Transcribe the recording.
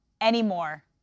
anymore